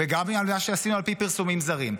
וגם מה שעשינו על פי פרסומים זרים,